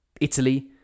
Italy